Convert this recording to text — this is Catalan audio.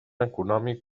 econòmic